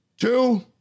two